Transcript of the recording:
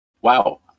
wow